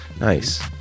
Nice